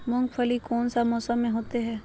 मूंगफली कौन सा मौसम में होते हैं?